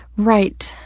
right.